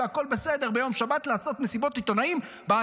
והכול בסדר עם לעשות מסיבות עיתונאים ביום שבת,